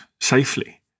safely